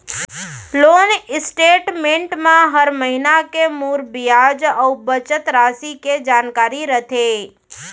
loan statement म हर महिना के मूर बियाज अउ बचत रासि के जानकारी रथे